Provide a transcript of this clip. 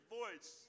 voice